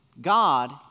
God